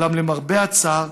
ואולם, למרבה הצער,